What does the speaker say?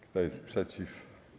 Kto jest przeciw?